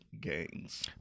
gangs